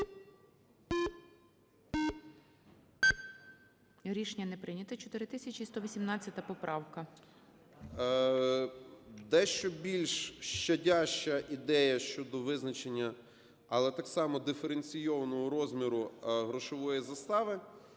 Рішення не прийнято. 4118 поправка. 17:28:47 СИДОРОВИЧ Р.М. Дещо більш щадяща ідея щодо визначення, але так само диференційованого розміру грошової застави.